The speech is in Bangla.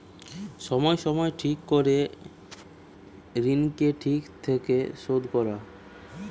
সময় সময় ঠিক করে ঋণকে ঠিক থাকে শোধ করা